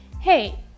hey